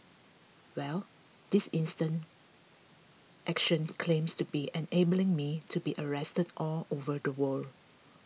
well this instant action claims to be enabling me to be arrested all over the world